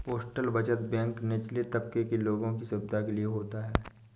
postal बचत bank निचले तबके के लोगों की सुविधा के लिए होता है